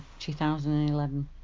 2011